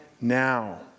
now